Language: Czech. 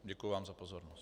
Děkuji vám za pozornost.